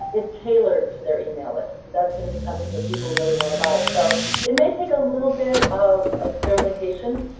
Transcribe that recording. is tailored to their email list, that that's going to be something that people really want to buy. so it may take a little bit of experimentation,